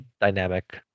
dynamic